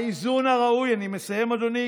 אני מסיים, אדוני.